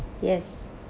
yes